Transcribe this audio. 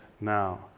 now